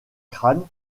crânes